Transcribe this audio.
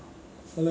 and rojak